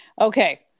Okay